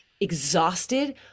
exhausted